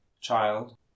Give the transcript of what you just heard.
Child